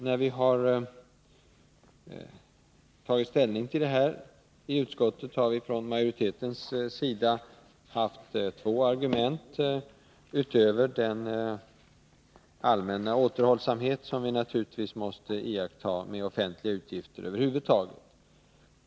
När vi har tagit ställning till denna ökning har vi från majoritetens sida haft två argument utöver den allmänna återhållsamhet som vi naturligtvis måste iaktta med offentliga utgifter över huvud taget.